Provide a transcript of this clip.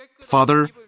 Father